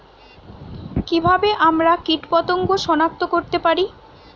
কিভাবে আমরা কীটপতঙ্গ সনাক্ত করতে পারি?